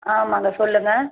ஆமாங்க சொல்லுங்கள்